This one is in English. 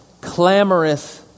clamorous